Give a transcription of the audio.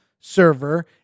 server